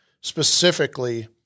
specifically –